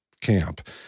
camp